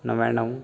णव्याणव